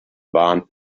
warnt